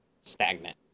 stagnant